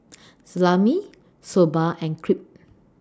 Salami Soba and Crepe